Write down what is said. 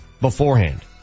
beforehand